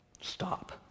Stop